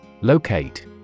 Locate